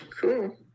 Cool